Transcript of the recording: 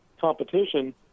competition